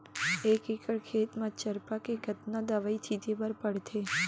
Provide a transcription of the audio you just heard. एक एकड़ खेत म चरपा के कतना दवई छिंचे बर पड़थे?